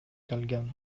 калган